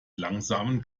langsamen